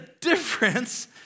difference